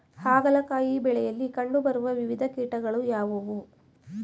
ಹಾಗಲಕಾಯಿ ಬೆಳೆಯಲ್ಲಿ ಕಂಡು ಬರುವ ವಿವಿಧ ಕೀಟಗಳು ಯಾವುವು?